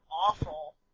awful